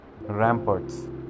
ramparts